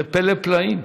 זה פלא פלאים.